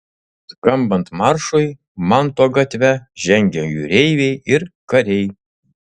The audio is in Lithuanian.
skambant maršui manto gatve žengė jūreiviai ir kariai